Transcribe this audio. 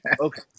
Okay